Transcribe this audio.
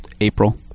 April